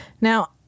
Now